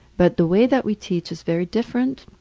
but the way that we teach is very different.